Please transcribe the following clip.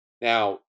Now